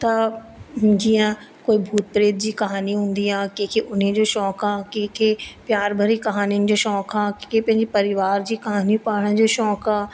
त जीअं कोई भूत प्रेत जी कहानी हूंदी आहे कंहिंखे उनजो शौंक़ु आहे कंहिंखे प्यार भरी कहानियुनि जो शौंक़ु आहे कंहिंखे पंहिंजे परिवार जी कहानियूं पढ़ण जो शौंक़ु आहे